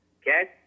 Okay